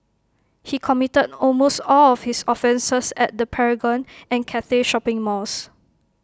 he committed almost all of his offences at the Paragon and Cathay shopping malls